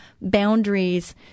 boundaries